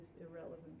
irrelevant